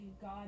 God